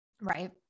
right